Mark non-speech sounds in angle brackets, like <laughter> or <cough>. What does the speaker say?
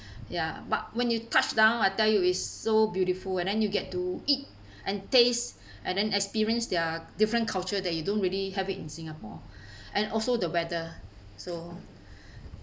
ya but when you touch down I tell you it's so beautiful and then you get to eat and taste <breath> and then experience their different culture that you don't really have it in singapore <breath> and also the weather so